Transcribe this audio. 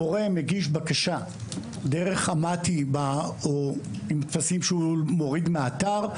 הורה מגיש בקשה דרך המת"י עם טפסים שהוא מוריד מהאתר,